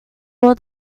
all